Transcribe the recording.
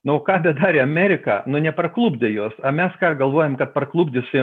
nu ką bedarė amerika nu neparklupdė juos a mes ką galvojam kad parklupdysi